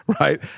right